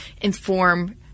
inform